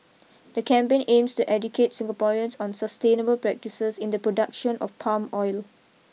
the campaign aims to educate Singaporeans on sustainable practices in the production of palm oil